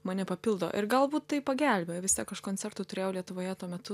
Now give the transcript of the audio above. mane papildo ir galbūt tai pagelbėja vis tiek aš koncertų turėjau lietuvoje tuo metu